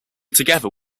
together